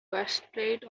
breastplate